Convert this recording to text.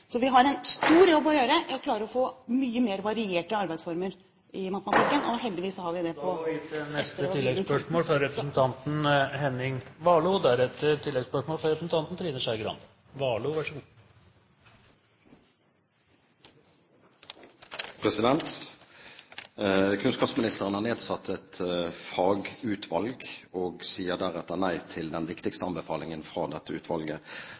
Så vi har en stor jobb å gjøre i å klare å få mye mer varierte arbeidsformer i matematikken, og heldigvis så har vi … Henning Warloe – til oppfølgingsspørsmål. Kunnskapsministeren har nedsatt et fagutvalg og sier deretter nei til den viktigste anbefalingen fra dette utvalget. Etter min mening påtar kunnskapsministeren seg et veldig stort ansvar når hun setter fagfolkenes anbefaling til